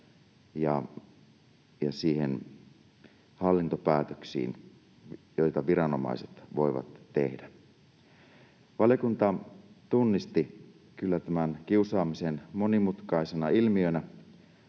ja niihin hallintopäätöksiin, joita viranomaiset voivat tehdä. Valiokunta tunnisti kyllä kiusaamisen monimutkaisena ilmiönä,